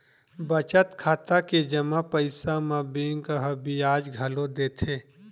बचत खाता के जमा पइसा म बेंक ह बियाज घलो देथे